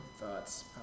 Thoughts